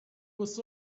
was